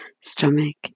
stomach